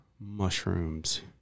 mushrooms